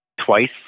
twice